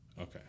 Okay